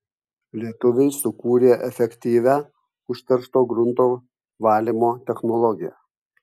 lietuviai sukūrė efektyvią užteršto grunto valymo technologiją